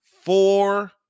Four